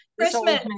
christmas